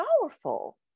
powerful